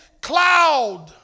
cloud